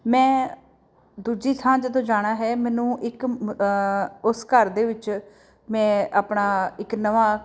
ਮੈਂ ਦੂਜੀ ਥਾਂ ਜਦੋਂ ਜਾਣਾ ਹੈ ਮੈਨੂੰ ਇੱਕ ਉਸ ਘਰ ਦੇ ਵਿੱਚ ਮੈਂ ਆਪਣਾ ਇੱਕ ਨਵਾਂ